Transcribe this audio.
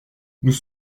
nous